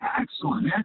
Excellent